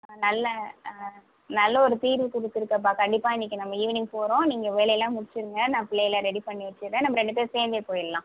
நல்ல நல்ல ஒரு தீர்வு கொடுத்துருக்கேப்பா கண்டிப்பாக இன்றைக்கு நம்ம ஈவ்னிங் போகிறோம் நீங்கள் வேலையெல்லாம் முடிச்சுடுங்க நான் பிள்ளையள ரெடி பண்ணி வச்சுட்றேன் நம்ம ரெண்டு பேர் சேர்ந்தே போயிடலாம்